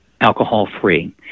alcohol-free